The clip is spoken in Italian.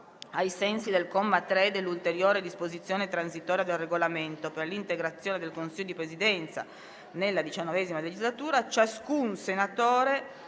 ai sensi del comma 3 dell'ulteriore disposizione transitoria del Regolamento per l'integrazione del Consiglio di Presidenza nella XIX legislatura, ciascun senatore